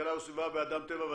כלכלה וסביבה באדם טבע ודין.